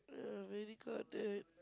uh very crowded